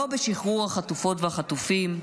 לא בשחרור החטופות והחטופים,